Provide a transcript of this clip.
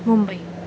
Mumbai